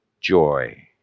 joy